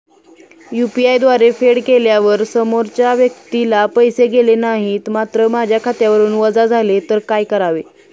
UPI द्वारे फेड केल्यावर समोरच्या व्यक्तीला पैसे गेले नाहीत मात्र माझ्या खात्यावरून वजा झाले तर काय करावे?